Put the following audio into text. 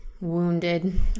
wounded